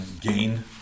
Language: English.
gain